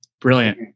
Brilliant